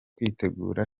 kwitegura